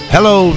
Hello